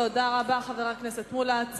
תודה רבה, חבר הכנסת מולה.